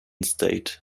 state